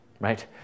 right